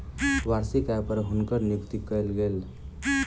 वार्षिक आय पर हुनकर नियुक्ति कयल गेल